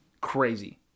crazy